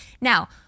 Now